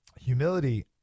Humility